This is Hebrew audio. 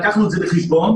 לקחנו את זה בחשבון,